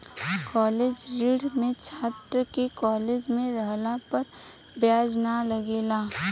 college ऋण में छात्र के कॉलेज में रहला पर ब्याज ना लागेला